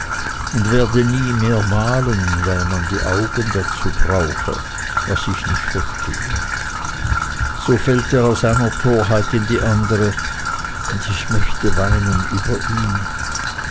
und werde nie mehr malen weil man die augen dazu brauche was ich nicht verstehe so fällt er aus einer torheit in die andere und ich möchte weinen über ihn